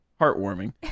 Heartwarming